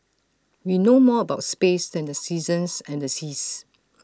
we know more about space than the seasons and the seas